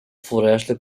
floresta